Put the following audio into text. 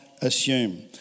assume